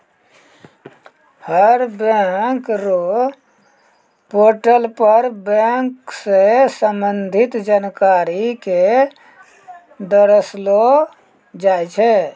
हर bank र portal पर bank स संबंधित जानकारी क दर्शैलो जाय छै